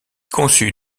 conçut